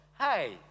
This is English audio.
hey